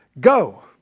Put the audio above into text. Go